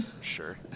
Sure